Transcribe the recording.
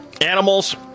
Animals